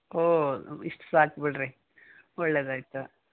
ಓಹ್ ಇಷ್ಟು ಸಾಕು ಬಿಡಿರಿ ಒಳ್ಳೇದಾಯ್ತು